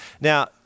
Now